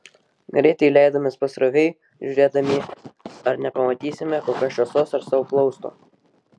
greitai leidomės pasroviui žiūrėdami ar nepamatysime kokios šviesos ar savo plausto